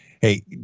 Hey